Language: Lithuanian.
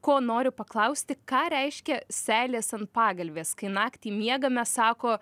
ko noriu paklausti ką reiškia seilės ant pagalvės kai naktį miegame sako